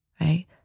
right